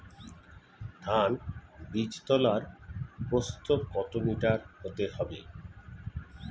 ধান বীজতলার প্রস্থ কত মিটার হতে হবে?